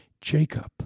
Jacob